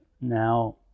Now